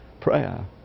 prayer